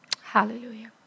Hallelujah